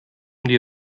die